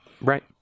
Right